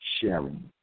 sharing